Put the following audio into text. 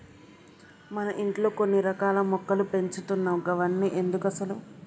మన ఇంట్లో కొన్ని రకాల మొక్కలు పెంచుతున్నావ్ గవన్ని ఎందుకసలు